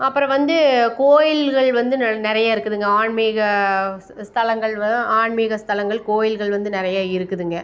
அப்புறம் வந்து கோயில்கள் வந்து நல் நிறையா இருக்குதுங்க ஆன்மீகம் ஸ் ஸ்தலங்கள் வ ஆன்மீகம் ஸ்தலங்கள் கோயில்கள் வந்து நிறையா இருக்குதுங்க